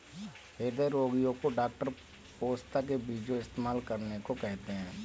हृदय रोगीयो को डॉक्टर पोस्ता के बीजो इस्तेमाल करने को कहते है